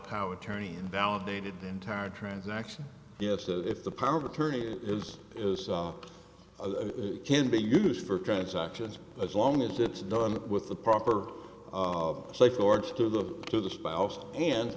power attorney invalidated the entire transaction yes if the power of attorney is can be used for transactions as long as it's done with the proper safeguards to the to the spouse and